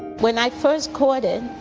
when i first caught it,